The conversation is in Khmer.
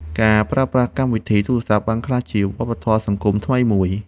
ការប្រើប្រាស់កម្មវិធីទូរសព្ទ បានក្លាយជាវប្បធម៌សង្គមថ្មីមួយ។